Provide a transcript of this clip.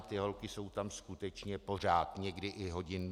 Ty holky jsou tam skutečně pořád, někdy i 24 hodin.